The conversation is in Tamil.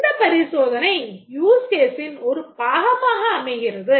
இந்த பரிசோதனை use case ன் ஒரு பாகமாக அமைகிறது